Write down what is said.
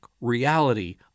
reality